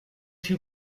two